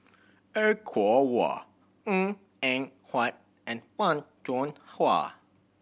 Er Kwong Wah Ng Eng Huat and Fan Hua